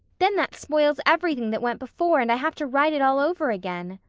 then that spoils everything that went before and i have to write it all over again.